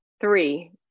three